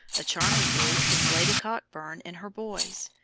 a charming group is lady cockburn and her boys,